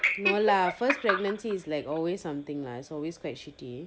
no lah first pregnancy is always something lah it's always quite shitty